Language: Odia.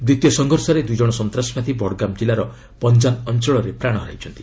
ଦ୍ୱିତୀୟ ସଂଘର୍ଷରେ ଦୁଇ ଜଣ ସନ୍ତାସବାଦୀ ବଡ଼ଗାମ୍ ଜିଲ୍ଲାର ପଞ୍ଜାନ ଅଞ୍ଚଳରେ ପ୍ରାଣ ହରାଇଛନ୍ତି